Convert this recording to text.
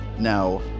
Now